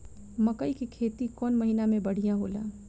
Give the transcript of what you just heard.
मकई के खेती कौन महीना में बढ़िया होला?